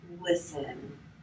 listen